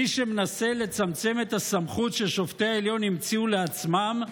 מי שמנסה לצמצם את הסמכות ששופטי העליון המציאו לעצמם,